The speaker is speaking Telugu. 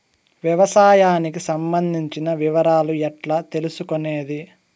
వ్యవసాయానికి సంబంధించిన వివరాలు ఎట్లా తెలుసుకొనేది?